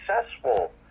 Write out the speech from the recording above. successful